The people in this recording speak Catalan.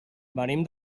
venim